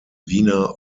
wiener